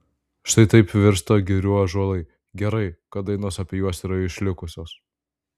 štai taip virsta girių ąžuolai gerai kad dainos apie juos yra išlikusios